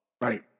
right